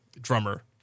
Drummer